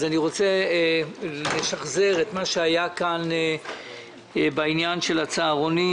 אני רוצה לשחזר את מה שהיה כאן בעניין של הצהרונים